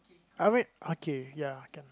I wait okay ya